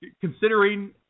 considering